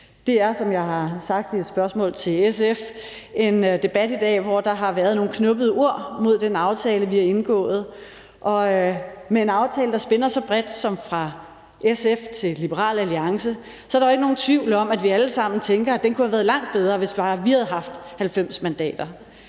Det er, som jeg har sagt i et spørgsmål til SF, en debat i dag, hvor der har været nogle knubbede ord om den aftale, vi har indgået. Med en aftale, der spænder så bredt som fra SF til Liberal Alliance, er der ikke nogen tvivl om, at vi alle sammen tænker, at den kunne have været langt bedre, hvis bare vi havde haft 90 mandater.